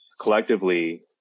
collectively